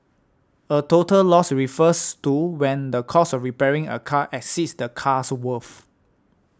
a total loss refers to when the cost of repairing a car exceeds the car's worth